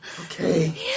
Okay